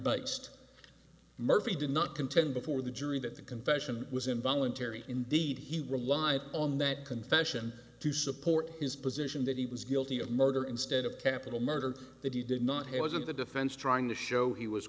but sed murphy did not contend before the jury that the confession was involuntary indeed he relied on that confession to support his position that he was guilty of murder instead of capital murder that he did not he wasn't the defense trying to show he was